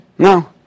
No